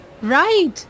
Right